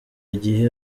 gihe